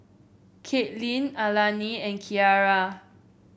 Katelynn Alani and Kiara